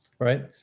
right